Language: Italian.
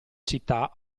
città